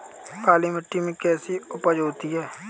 काली मिट्टी में कैसी उपज होती है?